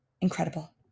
incredible